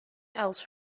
else